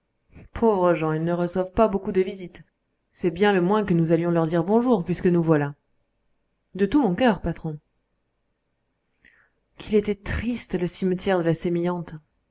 pauvres gens ils ne reçoivent pas beaucoup de visites c'est bien le moins que nous allions leur dire bonjour puisque nous voilà de tout mon cœur patron qu'il était triste le cimetière de la sémillante